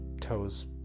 toes